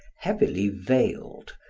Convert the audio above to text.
heavily veiled,